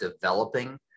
developing